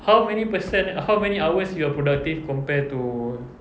how many percent how many hours you are productive compare to